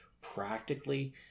practically